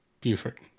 Buford